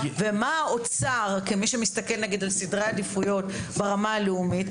ומה האוצר כמי שמסתכל נגיד על סדרי עדיפויות ברמה הלאומית,